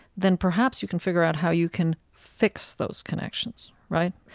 then perhaps you can figure out how you can fix those connections. right?